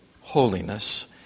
holiness